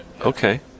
Okay